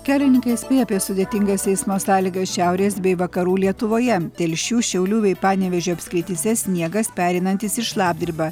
kelininkai įspėja apie sudėtingas eismo sąlygas šiaurės bei vakarų lietuvoje telšių šiaulių bei panevėžio apskrityse sniegas pereinantis į šlapdribą